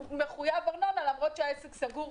הוא מחויב בארנונה למרות שהעסק סגור.